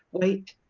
wait.